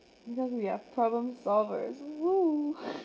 because we are problem solvers !woo!